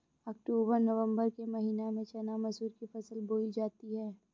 अक्टूबर नवम्बर के महीना में चना मसूर की फसल बोई जाती है?